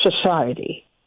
society